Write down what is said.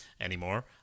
anymore